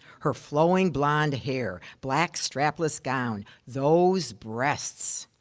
her flowing blond hair, black, strapless gown, those breasts.